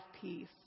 peace